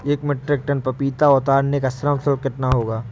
एक metric tonne पपीता उतारने का श्रम शुल्क कितना होगा?